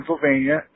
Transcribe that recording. Pennsylvania